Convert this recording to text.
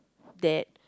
that